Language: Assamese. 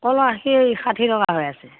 কল আষি ষাঠি টকা হৈ আছে